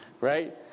Right